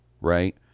right